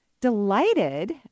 delighted